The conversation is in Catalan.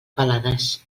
pelades